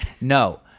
No